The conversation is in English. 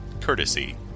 courtesy